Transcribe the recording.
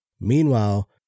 Meanwhile